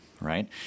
right